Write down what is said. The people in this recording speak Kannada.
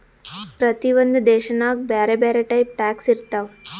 ಪ್ರತಿ ಒಂದ್ ದೇಶನಾಗ್ ಬ್ಯಾರೆ ಬ್ಯಾರೆ ಟೈಪ್ ಟ್ಯಾಕ್ಸ್ ಇರ್ತಾವ್